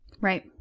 Right